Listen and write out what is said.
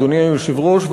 אדוני היושב-ראש,